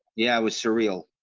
yeah, it was surreal.